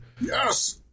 Yes